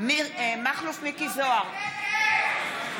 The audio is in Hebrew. אתם מה זה לא בסדר,